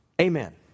Amen